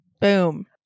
boom